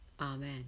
Amen